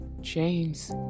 James